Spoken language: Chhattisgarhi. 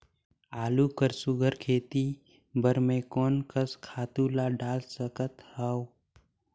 आलू कर सुघ्घर खेती बर मैं कोन कस खातु ला डाल सकत हाव?